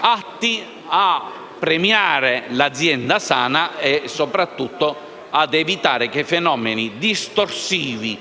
atti a premiare l'azienda sana e, soprattutto, a evitare che fenomeni distorsivi